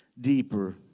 deeper